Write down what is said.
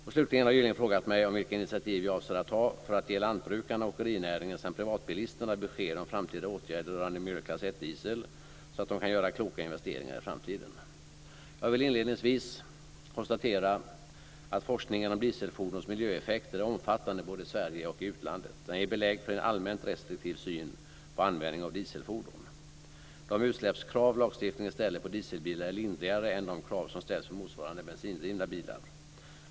Gylling har slutligen frågat mig om vilka initiativ jag avser att ta för att ge lantbrukarna, åkerinäringen samt privatbilisterna besked om framtida åtgärder rörande MK1-diesel så att de kan göra kloka investeringar i framtiden. Jag vill inledningsvis konstatera att forskningen om dieselfordons miljöeffekter är omfattande både i Sverige och i utlandet. Den ger belägg för en allmänt restriktiv syn på användning av dieselfordon. De utsläppskrav lagstiftningen ställer på dieselbilar är lindrigare än de krav som ställs på motsvarande bensindrivna bilar.